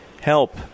help